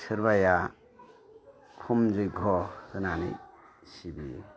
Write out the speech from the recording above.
सोरबाया हुम जय्ग' होनानै सिबियो